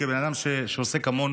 כבן אדם שעוסק המון